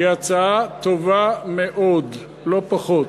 היא הצעה טובה מאוד, לא פחות.